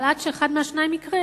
אבל עד שאחד מהשניים יקרה